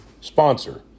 sponsor